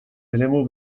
eremu